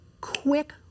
Quick